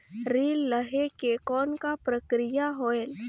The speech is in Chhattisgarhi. ऋण लहे के कौन का प्रक्रिया होयल?